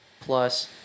plus